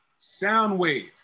Soundwave